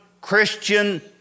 Christian